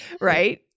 Right